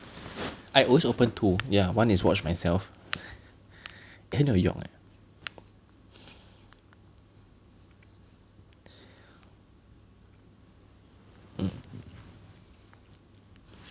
I always open two ya one is watch myself then your your mm